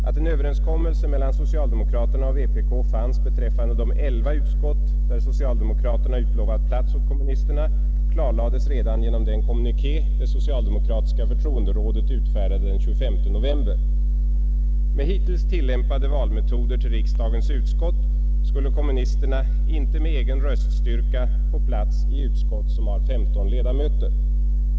Att en överenskommelse mellan s och vpk fanns beträffande de elva utskott där socialdemokraterna utlovat plats åt kommunisterna klarlades redan genom den kommuniké det socialdemokratiska förtroenderådet utfärdade den 25 november. Med hittills tillämpade valmetoder till riksdagens utskott skulle kommunisterna inte med egen röststyrka få plats i utskott som har femton ledamöter.